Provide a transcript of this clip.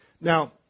Now